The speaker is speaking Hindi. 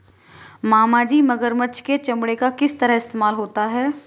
मामाजी मगरमच्छ के चमड़े का किस तरह इस्तेमाल होता है?